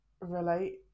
relate